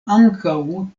ankaŭ